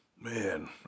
Man